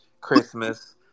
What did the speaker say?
Christmas